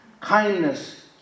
kindness